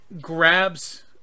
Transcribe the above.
grabs